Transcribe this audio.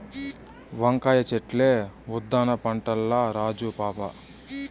వంకాయ చెట్లే ఉద్దాన పంటల్ల రాజు పాపా